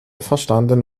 verstanden